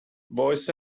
boys